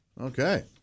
okay